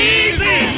easy